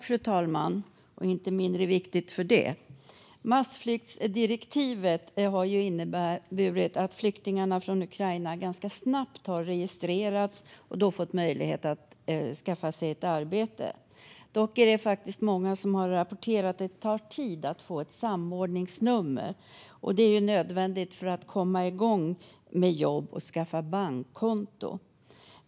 Fru talman! Massflyktsdirektivet har inneburit att flyktingarna från Ukraina ganska snabbt har registrerats och då fått möjlighet att skaffa sig ett arbete. Dock är det många som rapporterat att det tar tid att få ett samordningsnummer, som är nödvändigt för att komma igång med jobb och skaffa bankkonto.